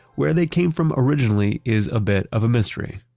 where they came from originally is a bit of a mystery,